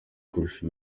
kurusha